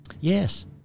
Yes